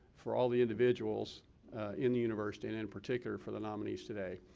for all the individuals in the university, and and particularly for the nominees today.